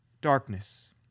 darkness